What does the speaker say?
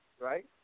right